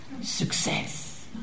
success